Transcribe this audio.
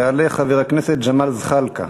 יעלה חבר הכנסת ג'מאל זחאלקה.